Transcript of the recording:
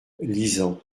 lisant